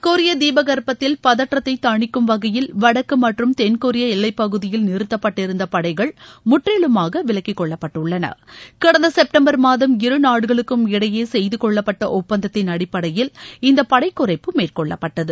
கொரிய தீபகற்பத்தில் பதற்றத்தை தணிக்கும் வகையில் வடக்கு மற்றம் தென்கொரியா எல்லைப்பகுதியில் நிறுத்தப்பட்டிருந்த படைகள் முற்றிலுமாக விலக்கிக்கொள்ளப்பட்டுள்ளன கடந்த செப்டம்பர் மாதம் இரு நாடுகளுக்கும் இடையே செய்து கொள்ளப்பட்ட ஒப்பந்தத்தின் அடிப்படையில் இந்த படைக் குறைப்பு மேற்கொள்ளப்பட்டது